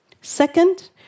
Second